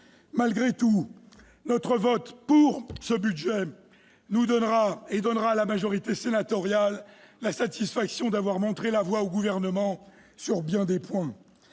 Malgré tout, notre vote pour ce budget donnera à la majorité sénatoriale la satisfaction d'avoir montré la voie au Gouvernement sur bien des points.